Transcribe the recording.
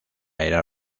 era